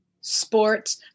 sports